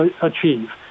achieve